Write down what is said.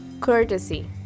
courtesy